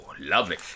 lovely